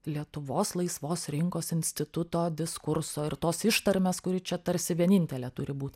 lietuvos laisvos rinkos instituto diskurso ir tos ištarmės kuri čia tarsi vienintelė turi būt